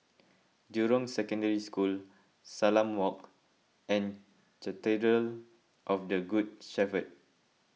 Jurong Secondary School Salam Walk and Cathedral of the Good Shepherd